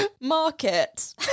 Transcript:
market